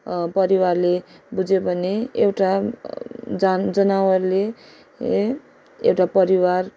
परिवारले बुझे भने एउटा जना जनावरले ले एउटा परिवार